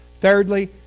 Thirdly